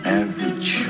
average